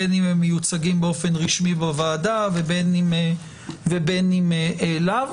בין אם הם מיוצגים באופן רשמי בוועדה ובין אם לאו,